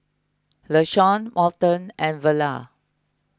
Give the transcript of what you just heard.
Lashawn Morton and Verla